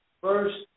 first